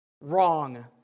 Wrong